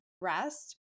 rest